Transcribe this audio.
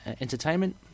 Entertainment